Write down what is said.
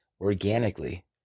organically